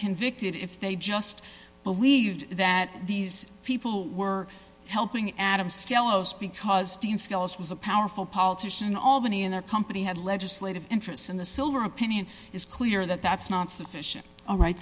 convicted if they just believed that these people were helping adam skelos because dean skelos was a powerful politician albany and a company had legislative interests in the silver opinion is clear that that's not sufficient all right